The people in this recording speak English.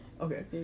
Okay